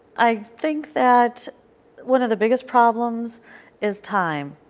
i think that one of the biggest problems is time.